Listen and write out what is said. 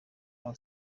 aho